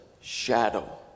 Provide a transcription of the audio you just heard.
shadow